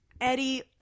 Eddie